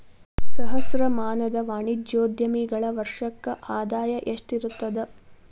ಸಹಸ್ರಮಾನದ ವಾಣಿಜ್ಯೋದ್ಯಮಿಗಳ ವರ್ಷಕ್ಕ ಆದಾಯ ಎಷ್ಟಿರತದ